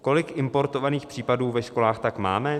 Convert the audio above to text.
Kolik importovaných případů ve školách tak máme?